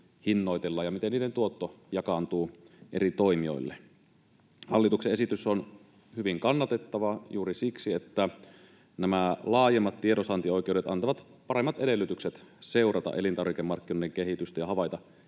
ja miten niiden tuotto jakaantuu eri toimijoille. Hallituksen esitys on hyvin kannatettava juuri siksi, että nämä laajemmat tiedonsaantioikeudet antavat paremmat edellytykset seurata elintarvikemarkkinoiden kehitystä ja havaita